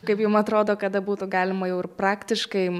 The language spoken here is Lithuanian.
kaip jum atrodo kad būtų galima jau ir praktiškai